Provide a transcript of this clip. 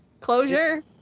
closure